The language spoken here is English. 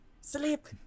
sleep